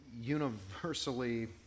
universally